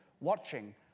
watching